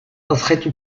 objektu